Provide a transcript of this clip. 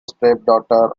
stepdaughter